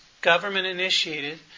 government-initiated